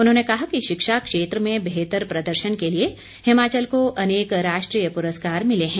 उन्होंने कहा कि शिक्षा क्षेत्र में बेहतर प्रदर्शन के लिए हिमाचल को अनेक राष्ट्रीय पुरस्कार मिले हैं